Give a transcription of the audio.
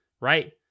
right